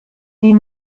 die